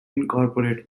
incorporate